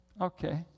Okay